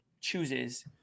chooses